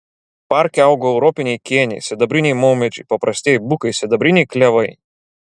parke augo europiniai kėniai sibiriniai maumedžiai paprastieji bukai sidabriniai klevai